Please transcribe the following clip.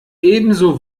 ebenso